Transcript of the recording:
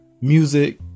music